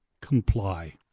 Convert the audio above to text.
comply